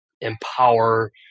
empower